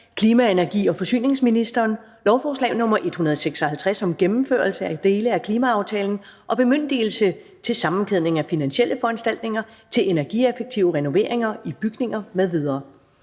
energi i virksomheders produktionsprocesser. (Gennemførelse af dele af klimaaftalen, bemyndigelse til sammenkædning af finansielle foranstaltninger til energieffektive renoveringer i bygninger med